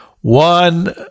one